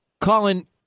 Colin